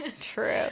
True